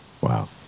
Wow